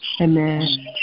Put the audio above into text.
Amen